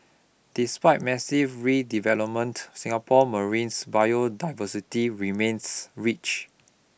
despite massive redevelopment Singapore marines biodiversity remains rich